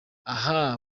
aha